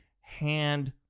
hand